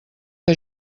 que